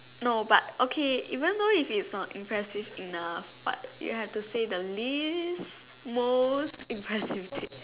no but okay even though if it's not impressive enough but you have to say the least most impressive thing